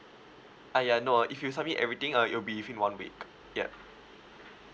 ah ya no uh if you submit everything uh it'll be within one week yup